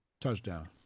Touchdown